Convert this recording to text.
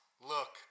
look